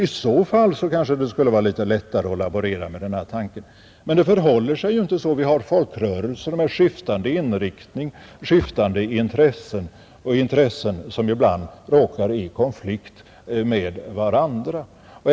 I så fall kanske det skulle vara litet lättare att laborera med denna tanke. Men det förhåller sig ju inte så. Vi har folkrörelser med skiftande inriktning, skiftande intressen och intressen som ibland råkar i konflikt med varandra.